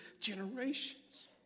generations